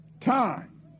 time